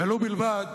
ובלבד